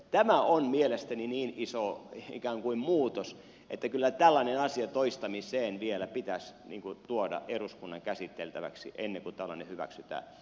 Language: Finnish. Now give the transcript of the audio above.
tämä on mielestäni niin iso ikään kuin muutos että kyllä tällainen asia toistamiseen vielä pitäisi tuoda eduskunnan käsiteltäväksi ennen kuin tällainen hyväksytään